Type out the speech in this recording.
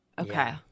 okay